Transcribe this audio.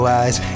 eyes